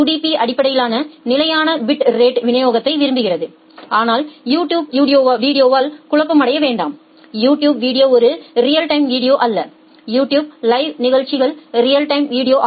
B அடிப்படையிலான நிலையான bit rate விநியோகத்தை விரும்புகிறது ஆனால் யூடியூப் வீடியோவால் குழப்பமடைய வேண்டாம் யூடியூப் வீடியோ ஒரு ரியல் டைம் வீடியோ அல்ல யூடியூப் லைவ் நிகழ்ச்சிகள் ரியல் டைம் வீடியோ ஆகும்